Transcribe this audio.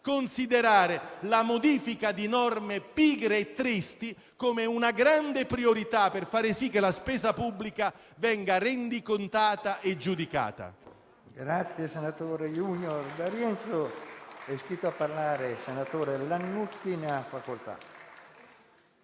considerare la modifica di norme pigre e tristi come una grande priorità, per far sì che la spesa pubblica venga rendicontata e giudicata. PRESIDENTE. È iscritto a parlare il senatore Lannutti. Ne ha facoltà.